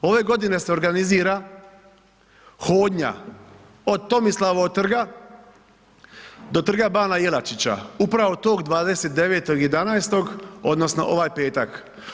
Ove godine se organizira hodnja od Tomislavovog trga do Trga bana Jelačića upravo tog 29.11. odnosno ovaj petak.